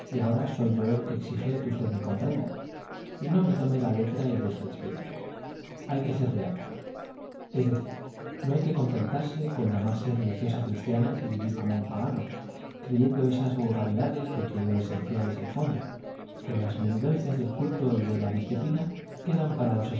y ahora soy yo el que exige que usted me comprenda y no me tome la letra y deje el espíritu hay que ser beata es decir no hay que contentarse con llamarse religiosa cristiana y vivir como un pagano creyendo esas vulgaridades de que lo esencial es el fondo que las menudencias del culto y de la disciplina quedan para los